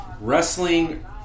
wrestling